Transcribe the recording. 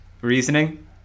Reasoning